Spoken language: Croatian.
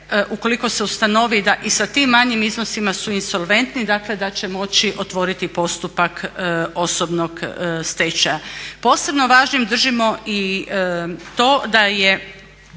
ukoliko se ustanovi da i sa tim manjim iznosima su insolventni, dakle da će moći otvoriti postupak osobnog stečaja. Posebno važnim držimo i to da će